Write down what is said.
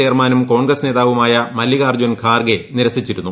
ചെയർമാനും കോൺഗ്രസ് നേതാവുമായ മല്ലികാർജ്ജുൻ ഖാർഗെ നിരസിച്ചിരുന്നു